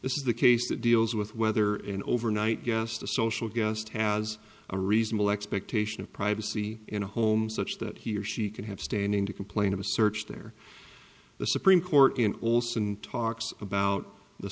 this is the case that deals with whether an overnight guest a social guest has a reasonable expectation of privacy in a home such that he or she can have standing to complain of a search there the supreme court and olson talks about the